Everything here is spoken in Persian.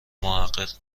محقق